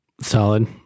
Solid